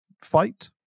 fight